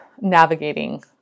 navigating